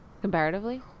comparatively